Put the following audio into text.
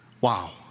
Wow